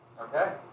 Okay